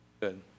Good